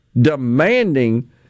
demanding